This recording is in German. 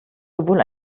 sowohl